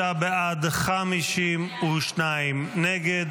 45 בעד, 52 נגד.